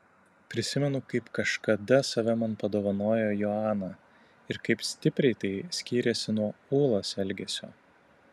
prisimenu kaip kažkada save man padovanojo joana ir kaip stipriai tai skyrėsi nuo ūlos elgesio